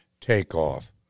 takeoff